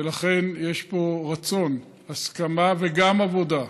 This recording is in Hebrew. ולכן יש פה רצון, הסכמה וגם עבודה.